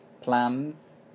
plums